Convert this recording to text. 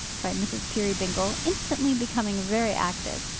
cried mrs. peerybingle, instantly becoming very active.